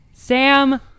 Sam